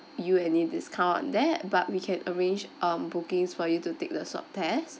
you any discount on that but we can arrange um bookings for you to take the swab test